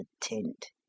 tint